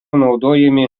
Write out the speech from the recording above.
naudojami